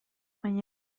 baina